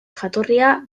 jatorria